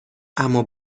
اما